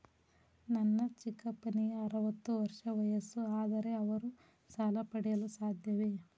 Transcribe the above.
ನನ್ನ ಚಿಕ್ಕಪ್ಪನಿಗೆ ಅರವತ್ತು ವರ್ಷ ವಯಸ್ಸು, ಆದರೆ ಅವರು ಸಾಲ ಪಡೆಯಲು ಸಾಧ್ಯವೇ?